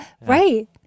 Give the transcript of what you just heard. Right